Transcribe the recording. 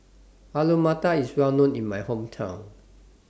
Alu Matar IS Well known in My Hometown